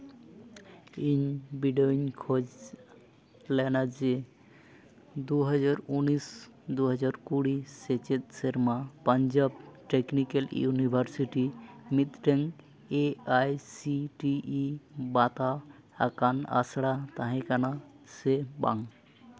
ᱤᱧ ᱵᱤᱰᱟᱹᱣᱤᱧ ᱠᱷᱚᱡᱽ ᱞᱮᱱᱟ ᱡᱮ ᱫᱩ ᱦᱟᱡᱟᱨ ᱩᱱᱤᱥ ᱫᱩ ᱦᱟᱡᱟᱨ ᱠᱩᱲᱤ ᱥᱮᱪᱮᱫ ᱥᱮᱨᱢᱟ ᱯᱟᱧᱡᱟᱵᱽ ᱴᱮᱠᱱᱤᱠᱮᱞ ᱤᱭᱩᱱᱤᱵᱷᱟᱨᱥᱤᱴᱤ ᱢᱤᱫᱴᱟᱱ A I C T E ᱵᱟᱛᱟᱣ ᱟᱠᱟᱱ ᱟᱥᱲᱟ ᱛᱟᱦᱮᱸ ᱠᱟᱱᱟ ᱥᱮ ᱵᱟᱝ